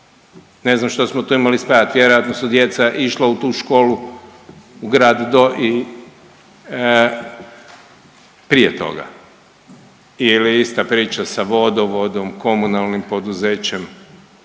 ne znam šta smo tu imali spajat, vjerojatno su djeca išla u tu školu u grad do i prije toga ili ista priča sa vodovodom, komunalnim poduzećem,